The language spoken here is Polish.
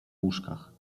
łóżkach